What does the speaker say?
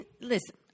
listen